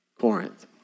Corinth